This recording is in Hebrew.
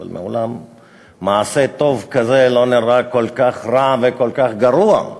אבל מעולם מעשה טוב כזה לא נראה כל כך רע וכל כך גרוע.